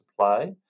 play